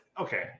Okay